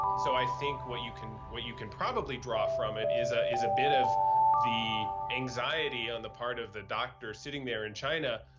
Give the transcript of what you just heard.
so i think what you can, what you can probably draw from it is a, is a bit of the anxiety on the part of the doctor sitting there in china,